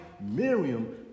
Miriam